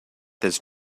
this